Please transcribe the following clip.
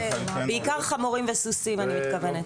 בעיקר חמורים וסוסים אני מתכוונת.